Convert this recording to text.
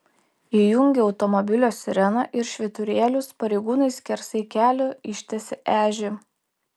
įjungę automobilio sireną ir švyturėlius pareigūnai skersai kelio ištiesė ežį